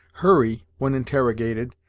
hurry, when interrogated,